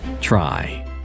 Try